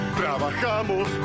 trabajamos